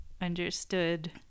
understood